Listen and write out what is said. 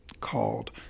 called